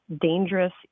dangerous